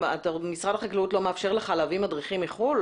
משרד החקלאות לא מאפשר לך להביא מדריכים מחוץ לארץ?